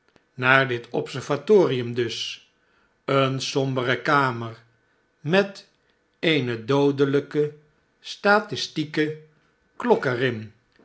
naar dit observatorium dus een sombere kamer met eene doodelijke statistieke klok er